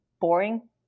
boring